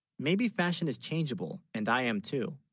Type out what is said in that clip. maybe fashion is changeable and i am too?